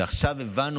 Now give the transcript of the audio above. ועכשיו הבנו,